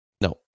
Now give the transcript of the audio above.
No